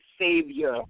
savior